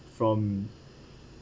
from